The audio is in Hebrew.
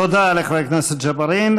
תודה לחבר הכנסת ג'בארין.